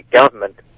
government